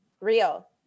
Real